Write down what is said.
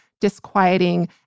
disquieting